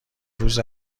روز